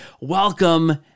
Welcome